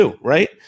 right